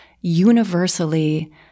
universally